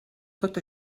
tot